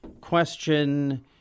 question